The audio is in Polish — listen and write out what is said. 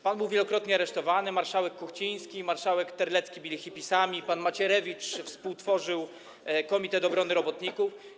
Pan był wielokrotnie aresztowany, marszałek Kuchciński i marszałek Terlecki byli hipisami, pan Macierewicz współtworzył Komitet Obrony Robotników.